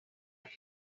love